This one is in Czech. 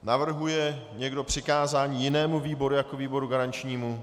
Navrhuje někdo přikázání jinému výboru jako výboru garančnímu?